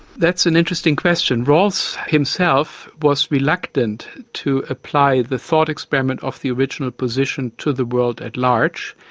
that's an interesting question. rawls himself was reluctant to apply the thought experiment of the original position to the world at large,